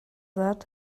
that